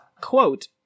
quote